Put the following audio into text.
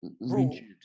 rigid